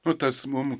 nu tas mum